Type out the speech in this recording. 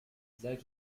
seit